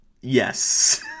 Yes